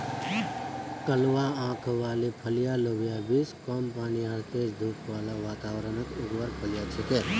कलवा आंख वाली फलियाँ लोबिया बींस कम पानी आर तेज धूप बाला वातावरणत उगवार फलियां छिके